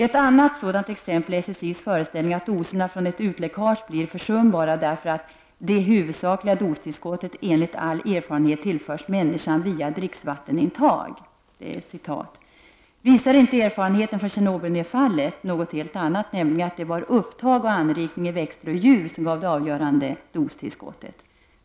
Ett annat sådant exempel är SSI:s föreställning om att doserna från ett utläckage blir försumbara därför att det ”huvudsakliga dostillskottet enligt all erfarenhet tillförs människan via dricksvattenintag”. Visar inte erfarenheten från Tjernobylnedfallet något helt annat, nämligen att det var upptag och anrikning i växter och djur som gav det avgörande dostillskottet?